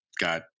got